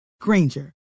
Granger